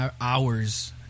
hours